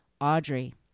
Audrey